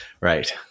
Right